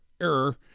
error